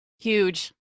Huge